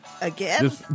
again